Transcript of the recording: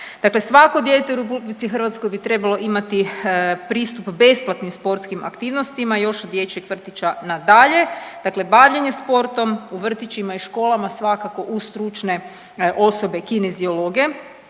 Dakle, svako dijete u RH bi trebalo imati pristup besplatnim sportskim aktivnostima još od dječjeg vrtića nadalje. Dakle, bavljenje sportom u vrtićima i školama svakako uz stručne osobe kineziologe,